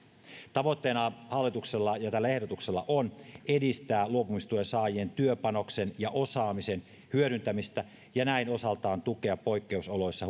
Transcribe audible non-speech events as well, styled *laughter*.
tavoitteena hallituksella ja tällä ehdotuksella on edistää luopumistuen saajien työpanoksen ja osaamisen hyödyntämistä ja näin osaltaan tukea poikkeusoloissa *unintelligible*